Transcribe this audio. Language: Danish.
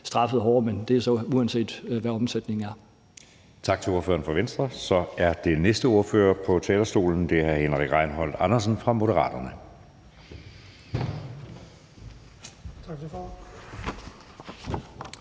straffet hårdere, men det er så, uanset hvad omsætningen er.